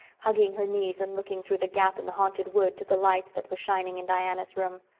hugging her knees and looking through the gap in the haunted wood to the light that was shining in diana's room.